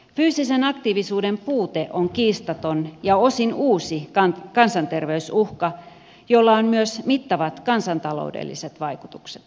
fyysisen aktiivisuuden puute on kiistaton ja osin uusi kansanterveysuhka jolla on myös mittavat kansantaloudelliset vaikutukset